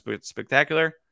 Spectacular